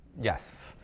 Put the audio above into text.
Yes